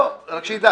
לא, רק שידע.